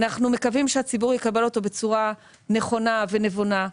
אנחנו מקווים שהציבור יקבל אותו בצורה נכונה ונבונה,